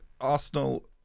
Arsenal